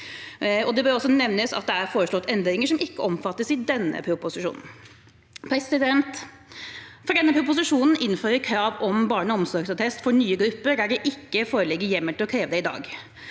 Det bør også nevnes at det er foreslått endringer som ikke omfattes av denne proposisjonen. Denne proposisjonen innfører krav om barneomsorgsattest for nye grupper, der det ikke foreligger hjemmel til å kreve det i dag.